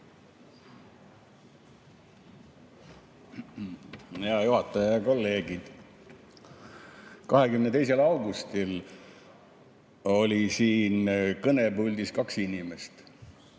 Hea juhataja! Head kolleegid! 22. augustil olid siin kõnepuldis kaks inimest.